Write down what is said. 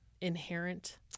inherent